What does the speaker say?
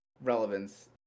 relevance